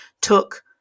took